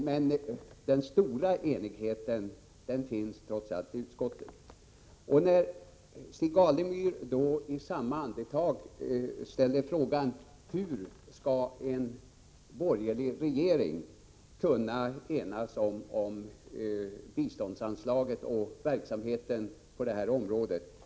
Men den stora enigheten finns trots allt i utskottet. Stig Alemyr ställer frågan: Hur skall en borgerlig regering kunna enas om biståndsanslaget och om verksamheten på det här området?